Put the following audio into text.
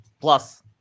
plus